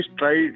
try